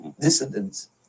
dissidents